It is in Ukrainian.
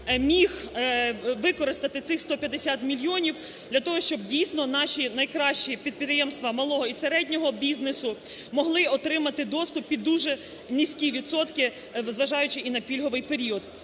міг використати цих 150 мільйонів для того, щоб дійсно наші найкращі підприємства малого і середнього бізнесу могли отримати доступ під дуже низькі відсотки, зважаючи і на пільговий період.